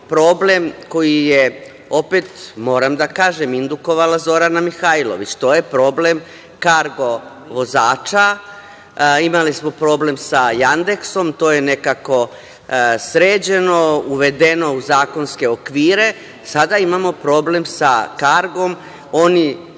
problem koji je, opet, moram da kažem, indukovala Zorana Mihajlović, a to je problem "Kargo" vozača. Imali smo problem sa "Jandeksom", to je nekako sređeno, uvedeno u zakonske okvire, ali sada imamo problem sa "Kargom". Oni